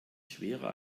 schwerer